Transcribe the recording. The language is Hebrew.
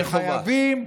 שחייבים,